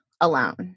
alone